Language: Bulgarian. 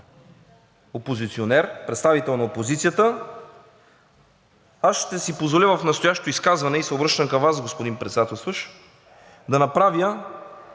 опозиционер, представител на опозицията, аз ще си позволя в настоящото изказване, и се обръщам към Вас, господин Председателстващ, да направя